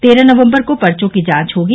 तेरह नवम्बर को पर्चो की जांच होगी